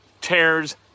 tears